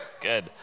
Good